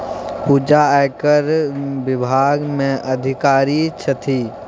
पूजा आयकर विभाग मे अधिकारी छथि